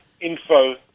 info